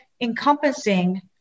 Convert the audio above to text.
encompassing